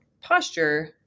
posture